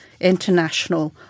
international